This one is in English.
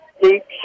Deep